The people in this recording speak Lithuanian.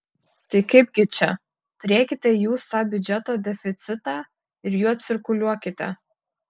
tai kaipgi čia turėkite jūs tą biudžeto deficitą ir juo cirkuliuokite